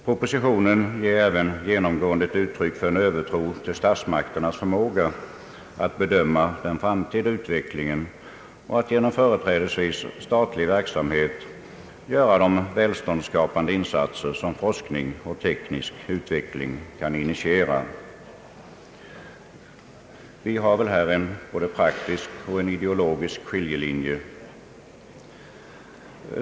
Propositionen ger även genomgående uttryck för en övertro på statsmakternas förmåga att bedöma den framtida utvecklingen och att genom företrädesvis statlig verksamhet göra de välståndsskapande insatser som forskning och teknisk utveckling kan initiera. Vi har väl här en både praktisk och ideologisk skiljelinje.